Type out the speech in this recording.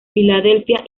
philadelphia